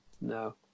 no